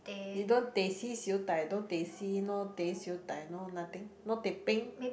you don't teh C siew dai no teh C no teh siew dai no nothing no teh peng